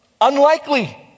unlikely